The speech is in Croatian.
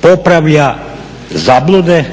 popravlja zablude,